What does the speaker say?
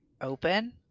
open